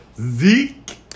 zeke